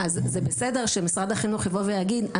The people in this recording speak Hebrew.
אז זה בסדר שמשרד החינוך יבוא ויגיד,